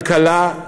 כלכלה,